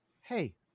Hey